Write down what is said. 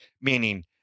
meaning